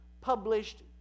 published